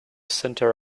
centre